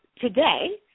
today